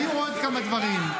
היו עוד כמה דברים.